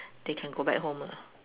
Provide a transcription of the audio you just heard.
they can go back home lah